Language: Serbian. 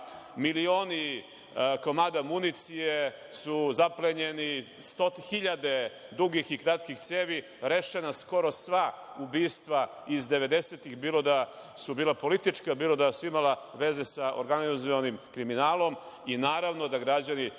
milioni komada municije su zaplenjeni, hiljade dugih i kratkih cevi, rešena skoro sva ubistva iz devedesetih, bilo da su bila politička, bilo da su imala veze sa organizovanim kriminalom i naravno da građani